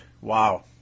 Wow